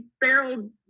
barrel